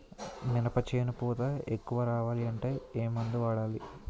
మినప చేను పూత ఎక్కువ రావాలి అంటే ఏమందు వాడాలి?